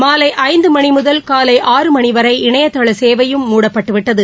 மாலை ஐந்து மணி முதல் காலை ஆறு மணி வரை இணையதள சேவையும் மூடப்பட்டுவிட்டது